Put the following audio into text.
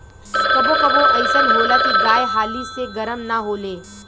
कबो कबो अइसन होला की गाय हाली से गरम ना होले